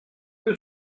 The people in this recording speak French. peu